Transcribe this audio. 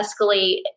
escalate